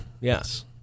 Yes